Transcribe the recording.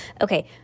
Okay